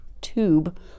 tube